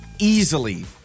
Easily